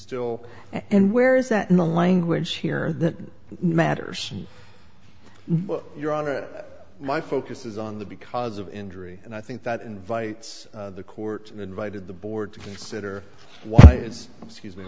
still and where is that in the language here that matters your honor my focus is on the because of injury and i think that invites the courts and invited the board to consider why i